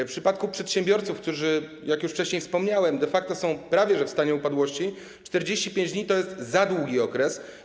W przypadku przedsiębiorców, którzy, jak już wcześniej wspomniałem, de facto są prawie że w stanie upadłości, 45 dni to jest za długi okres.